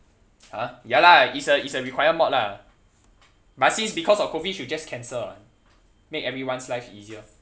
!huh! ya lah it's a it's a required mod lah but since because of COVID should just cancel [what] make everyone's life easier